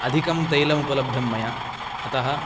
अधिकं तैलम् उपलब्धं मया अतः